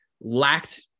lacked